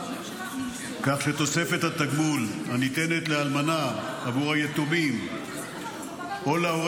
כך שתוספת התגמול הניתנת לאלמנה עבור היתומים או להורה